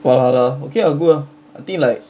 valhalla okay lah good ah I think like